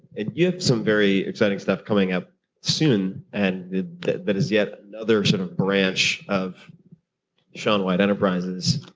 you have some very exciting stuff coming up soon and that is yet another sort of branch of shaun white enterprises.